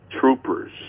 troopers